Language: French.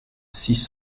six